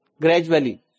gradually